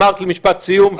אמרת לי משפט סיום,